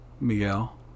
Miguel